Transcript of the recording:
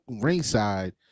ringside